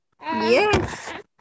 Yes